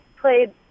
played